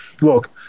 look